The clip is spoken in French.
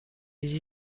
les